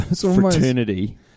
fraternity